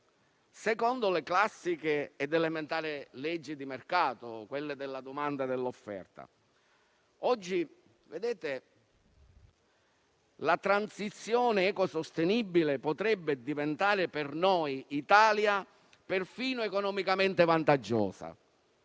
secondo le classiche ed elementari leggi di mercato, della domanda e dell'offerta. Oggi la transizione eco-sostenibile potrebbe diventare per l'Italia perfino economicamente vantaggiosa.